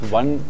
one